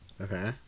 Okay